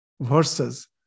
verses